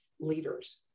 leaders